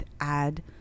add